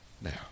now